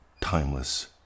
Timeless